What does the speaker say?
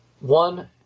One